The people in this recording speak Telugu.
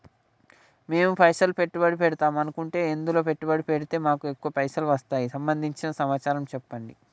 మేము పైసలు పెట్టుబడి పెడదాం అనుకుంటే ఎందులో పెట్టుబడి పెడితే మాకు ఎక్కువ పైసలు వస్తాయి సంబంధించిన సమాచారం చెప్పండి?